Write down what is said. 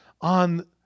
on